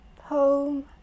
home